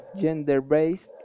gender-based